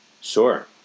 Sure